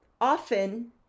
often